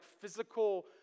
physical